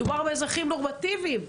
מדובר באזרחים נורמטיביים,